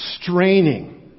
straining